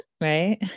Right